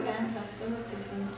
anti-Semitism